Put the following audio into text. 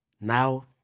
now